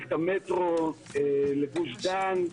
פרויקט המטרו לגוש דן.